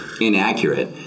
inaccurate